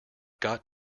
got